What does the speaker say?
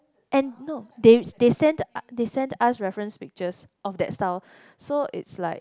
and no they they sent they sent us reference pictures of that style so it's like